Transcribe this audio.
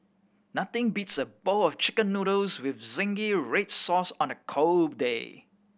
nothing beats a bowl of Chicken Noodles with zingy red sauce on a cold day